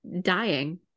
dying